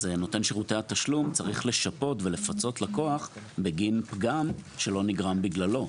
אז נותן שירותי התשלום צריך לשפות ולפצות לקוח בגין פגם שלא נגרם בגללו,